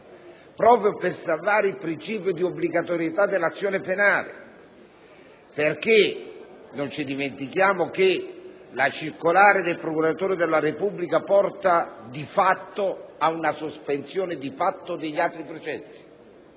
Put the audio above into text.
proprio per salvare il principio di obbligatorietà dell'azione penale. Non dobbiamo, infatti, dimenticare che la circolare del procuratore della Repubblica porta ad una sospensione di fatto degli altri processi